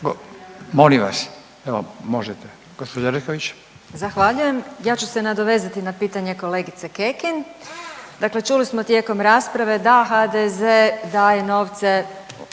s imenom i prezimenom)** Zahvaljujem. Ja ću se nadovezati na pitanje kolegice Kekin. Dakle, čuli smo tijekom rasprave da HDZ daje novce